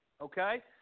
Okay